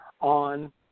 on